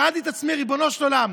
שאלתי את עצמי: ריבונו של עולם,